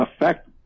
affect